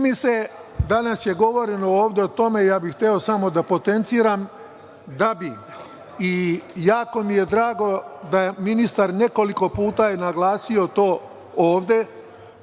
mi se, danas je govoreno ovde o tome, a ja bih hteo samo da potenciram i jako mi je drago da je ministar nekoliko puta naglasio to ovde,